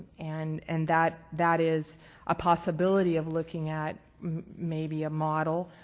and and that that is a possibility of looking at maybe a model